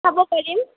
চাব পাৰিম